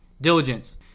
Diligence